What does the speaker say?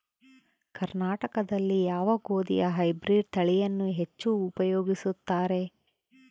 ಕರ್ನಾಟಕದಲ್ಲಿ ಯಾವ ಗೋಧಿಯ ಹೈಬ್ರಿಡ್ ತಳಿಯನ್ನು ಹೆಚ್ಚು ಉಪಯೋಗಿಸುತ್ತಾರೆ?